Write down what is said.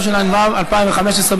התשע"ו 2015,